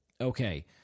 Okay